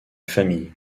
famille